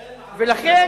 אין ערבות הדדית.